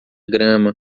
grama